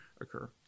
occur